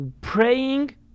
praying